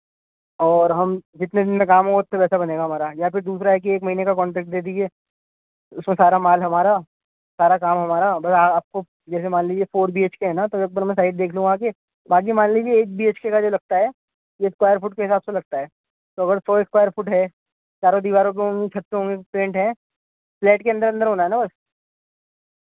اور ہم جتنے دن میں کام ہو اس سے پیسہ بنے گا ہمارا یا پھر دوسرا ہے کہ ایک مہینے کا کانٹیکٹ دے دیجیے اس میں سارا مال ہمارا سارا کام ہمارا بس آپ کو جیسے مان لیجیے فور بی ایچ کے ہے نا تو ایک بار میں سایٹ دیکھ لوں آ کے باقی مان لیجیے ایک بی ایچ کے کا جو لگتا ہے یہ اسکوائر فٹ کے حساب سے لگتا ہے تو اگر سو اسکوائر فٹ ہے چاروں دیواروں کے ہوں چھ سو ہوںے پینٹ ہیں فلیٹ کے اندر اندر ہونا ہے نا بس